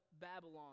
Babylon